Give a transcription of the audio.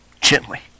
gently